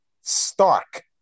stark